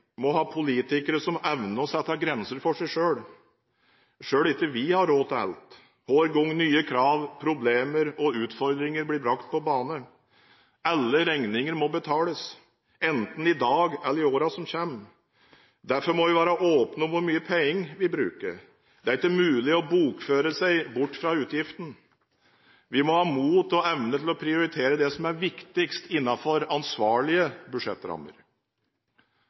må ha politikere som evner å sette grenser for seg selv. Selv ikke vi har råd til alt hver gang nye krav, problemer og utfordringer blir brakt på bane. Alle regninger må betales, enten i dag eller i årene som kommer. Derfor må vi være åpne om hvor mye penger vi bruker. Det er ikke mulig å bokføre seg vekk fra utgiftene. Vi må ha mot og evne til å prioritere det som er viktigst innenfor ansvarlige budsjettrammer.